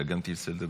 אתה גם תרצה לדבר?